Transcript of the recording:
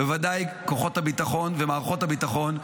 בוודאי כוחות הביטחון ומערכות הביטחון,